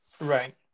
right